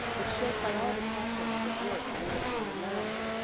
it's shaped by all the processes at work in inner city america.